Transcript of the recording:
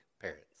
parents